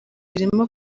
irimo